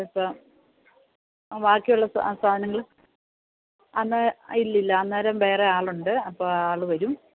ഇപ്പം ബാക്കിയുള്ള സാധനങ്ങള് അന്നേ ഇല്ലില്ല അന്നേരം വേറെ ആളുണ്ട് അപ്പോള് ആള് വരും